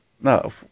No